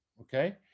Okay